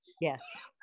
Yes